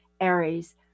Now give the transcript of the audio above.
Aries